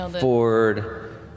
Ford